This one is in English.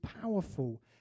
powerful